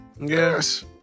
Yes